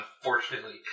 unfortunately